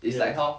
yes